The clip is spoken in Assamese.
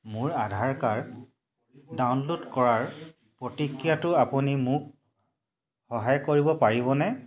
মোৰ আধাৰ কাৰ্ড ডাউনল'ড কৰাৰ প্ৰতিক্ৰিয়াটোত আপুনি মোক সহায় কৰিব পাৰিবনে